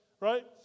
right